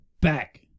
back